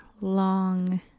long